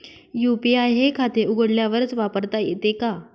UPI हे खाते उघडल्यावरच वापरता येते का?